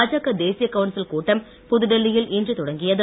பாஜக தேசிய கவுன்சில் கூட்டம் புதுடெல்லியில் இன்று தொடங்கியது